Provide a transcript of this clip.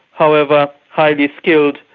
however highly skilled,